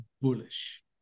bullish